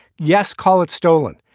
yes. call it stolen.